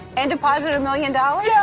and deposited a million dollars? yeah,